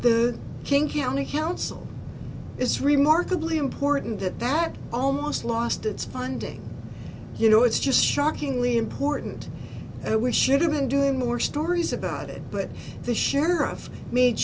the king county council it's remarkably important that that almost lost its funding you know it's just shockingly important that we should have been doing more stories about it but the sheriff made